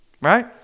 right